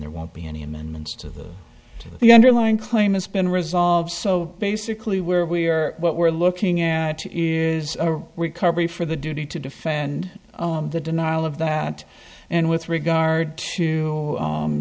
there won't be any amendments to the underlying claim has been resolved so basically where we are what we're looking at is a recovery for the duty to defend the denial of that and with regard to